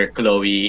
Chloe